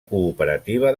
cooperativa